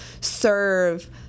serve